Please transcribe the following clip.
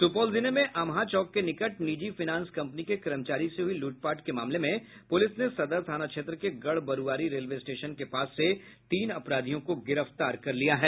सुपौल जिले में अमहा चौक के निकट निजी फाइनेंस कंपनी के कर्मचारी से हुई लूटपाट के मामले में पुलिस ने सदर थाना क्षेत्र के गढ बरुआरी रेलवे स्टेशन के पास से तीन अपराधियों को गिरफ्तार कर लिया है